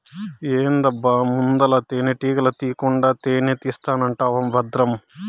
ఏందబ్బా ముందల తేనెటీగల తీకుండా తేనే తీస్తానంటివా బద్రం